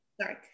Sorry